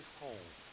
home